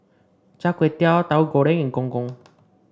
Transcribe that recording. Char Kway Teow Tauhu Goreng and Gong Gong